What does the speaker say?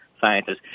scientists